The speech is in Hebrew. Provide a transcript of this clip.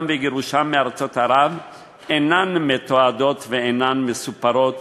וגירושן מארצות ערב אינן מתועדות ואינן מסופרות